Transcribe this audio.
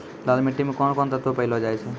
लाल मिट्टी मे कोंन कोंन तत्व पैलो जाय छै?